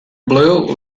blue